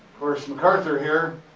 course macarthur here.